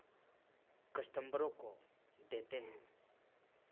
कस्टमरों को देते हैं